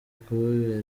kubabera